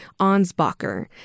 Ansbacher